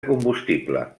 combustible